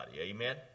Amen